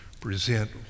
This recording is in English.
present